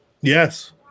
Yes